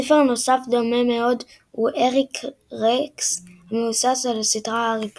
ספר נוסף הדומה מאוד הוא אריק רקס המבוסס על הסדרה הארי פוטר.